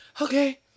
okay